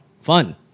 Fun